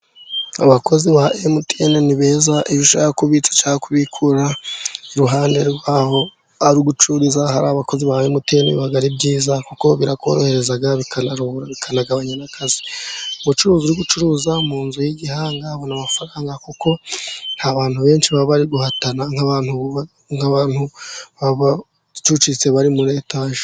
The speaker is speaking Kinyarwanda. Abakozi ba MTN ni beza. Iyo ushaka kubikura iruhande ari ugucururiza abakozi ba MTN ari byiza kuko birakorohereza, bikanagabanya ubucuruzi bwo bucuruza mu nzu y'igihanga babona amafaranga kuko nta bantu benshi baba bari guhatana nk'abantu nkabantu babatucitse bari muri etage.